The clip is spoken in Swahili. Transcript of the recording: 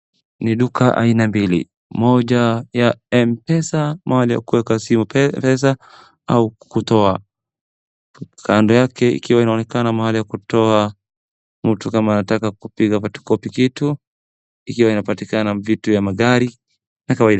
Ni duka aina mbili, moja ya Mpesa moja ya kuweka simu pesa au kutoa. kando yake ikiwa inaonekana mahali ya kutoa mtu kama anataka kupiga photocopy kitu ikiwa inapatikana vitu ya magari na kawaida.